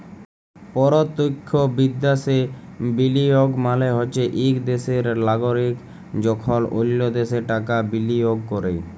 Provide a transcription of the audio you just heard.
পরতখ্য বিদ্যাশে বিলিয়গ মালে হছে ইক দ্যাশের লাগরিক যখল অল্য দ্যাশে টাকা বিলিয়গ ক্যরে